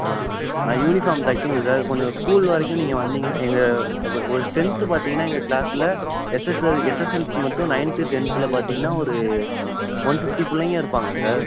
ஆ ஆ யூனிஃபார்ம் தைக்கணும் சார் கொஞ்சம் ஸ்கூல் வரைக்கும் நீங்கள் வந்தீங்கன்னால் எங்கள் ஒரு ஸ்ட்ரென்த்து பார்த்தீங்கன்னா எங்கள் க்ளாஸ்ஸில் எஸ்எஸ்எல் எஸ்எஸ்எல்சிக்கு மட்டும் நைன்த்து டென்த்தில் பார்த்தீங்கன்னா ஒரு ஒன் ஃபிஃப்டி பிள்ளைங்க இருப்பாங்க சார்